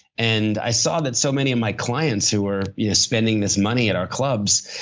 and i saw that so many of my clients, who were you know spending this money at our clubs,